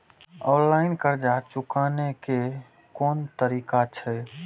Online कर्ज चुकाने के कोन तरीका छै?